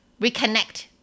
reconnect